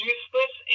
Useless